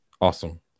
Awesome